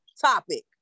topic